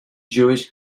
jewish